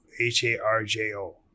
H-A-R-J-O